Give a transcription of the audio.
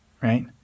right